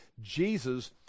Jesus